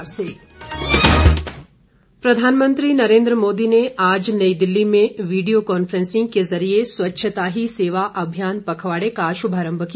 स्वच्छता पीएम प्रधानमंत्री नरेन्द्र मोदी ने आज नई दिल्ली में वीडियो कांफ्रेंसिंग के जरिए स्वच्छता ही सेवा अभियान पखवाड़े का शुभारंभ किया